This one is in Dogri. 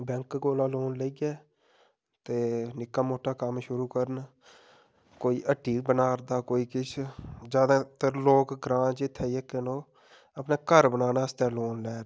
बैंक कोला लोन लेइयै ते निक्का मुट्टा कम्म शुरू करन कोई हट्टी बना'रदा कोई किश ज्यादातर लोक ग्रांऽ च इत्थै जेह्के न ओह् अपना घर बनाने आस्तै लोन लै'रदे न